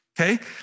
Okay